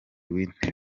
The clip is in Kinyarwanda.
w’intebe